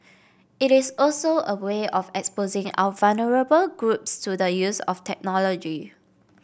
it is also a way of exposing our vulnerable groups to the use of technology